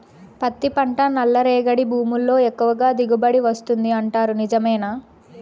పత్తి పంట నల్లరేగడి భూముల్లో ఎక్కువగా దిగుబడి వస్తుంది అంటారు నిజమేనా